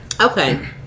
Okay